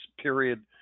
period